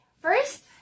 first